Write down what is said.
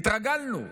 התרגלנו.